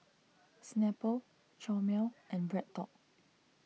Snapple Chomel and BreadTalk